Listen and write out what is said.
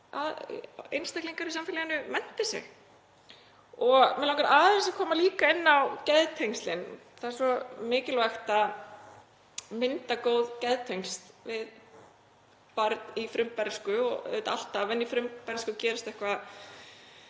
að einstaklingar í samfélaginu mennti sig. Mig langar líka aðeins að koma inn á geðtengslin. Það er svo mikilvægt að mynda góð geðtengsl við barn í frumbernsku, og auðvitað alltaf en í frumbernsku gerist eitthvað